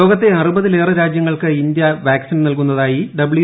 ലോകത്തെ അറുപതിലേറെ രാജൃങ്ങൾക്ക് ഇന്ത്യ വാക്സിൻ നൽകുന്നതായി ഡബ്ല്യൂ